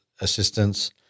assistance